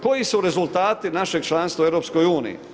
Koji su rezultati našeg članstva u EU?